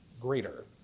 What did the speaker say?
greater